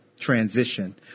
Transition